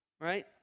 Right